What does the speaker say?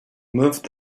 moved